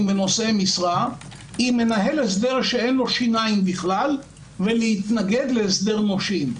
ונושאי משרה עם מנהל הסדר שאין לו שיניים בכלל ולהתנגד להסדר נושים.